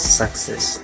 success